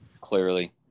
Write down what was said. clearly